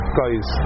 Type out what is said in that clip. guys